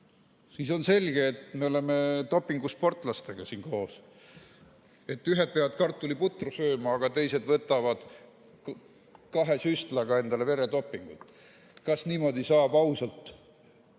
Siis on selge, et me oleme dopingusportlastega siin koos. Ühed peavad kartuliputru sööma, aga teised võtavad kahe süstlaga endale veredopingut. Kas niimoodi saab ausalt